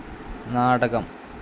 നാടകം